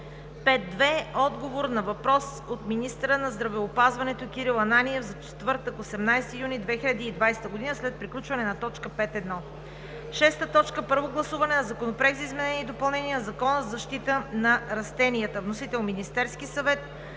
5.2. Отговор на въпрос от министъра на здравеопазването Кирил Ананиев – четвъртък, 18 юни 2020 г., след приключване на т. 5.1. 6. Първо гласуване на Законопроекта за изменение и допълнение на Закона за защита на растенията. Вносител – Министерският съвет,